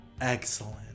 excellent